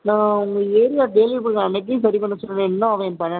நான் உங்கள் ஏரியா அன்றைக்கே சரி பண்ண சொன்னேனே இன்னும் அவன் பண்ணலையா